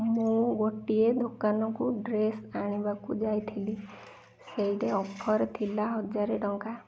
ମୁଁ ଗୋଟିଏ ଦୋକାନକୁ ଡ୍ରେସ୍ ଆଣିବାକୁ ଯାଇଥିଲି ସେଇଟା ଅଫର୍ ଥିଲା ହଜାର ଟଙ୍କା